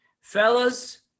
Fellas